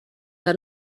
que